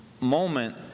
moment